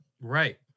right